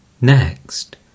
Next